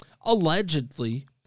allegedly